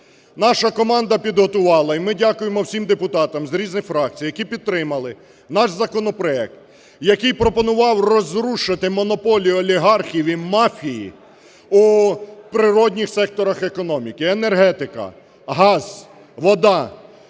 Наша команда підготувала, і ми дякуємо всім депутатам з різних фракцій, які підтримали, наш законопроект, який пропонував розрушити монополію олігархів і мафії у природніх секторах економіки: енергетика, газ, вода,